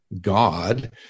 God